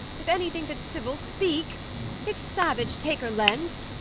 if anything that's civil, speak if savage, take or lend.